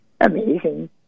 amazing